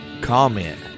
comment